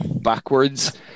backwards